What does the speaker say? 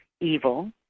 evil